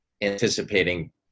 anticipating